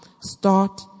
start